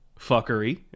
fuckery